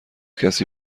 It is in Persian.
کسی